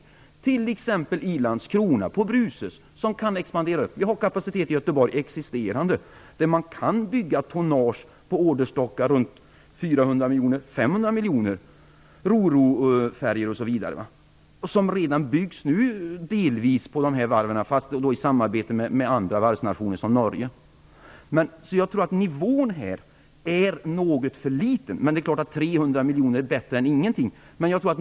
I t.ex. Landskrona, på Bruces, kan man expandera. Vi har existerande kapacitet i Göteborg. Vi kan bygga tonnage på orderstockar mellan 400 och 500 miljoner - ro-ro-färjor osv. De byggs redan nu delvis på dessa varv i samarbete med andra varvsnationer, som Norge. Jag tror att nivån är något för låg, men det är klart att 300 miljoner är bättre än ingenting.